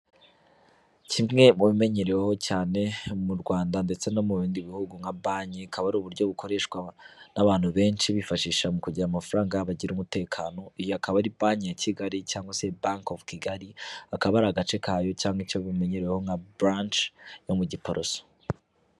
Kimwe mu bimenyereweho cyane mu Rwanda ndetse no mu bindi bihugu nka banki, ikaba ari uburyo bukoreshwa n'abantu benshi bifashisha mu kugira amafaranga bagira umutekano, iyo akaba ari banki ya Kigali, cyangwa se banke ofu Kigali, akaba ari agace kayo cyangwa icyo bimenyereweho nka buranshi yo mu Giporoso.